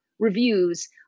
reviews